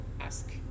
ask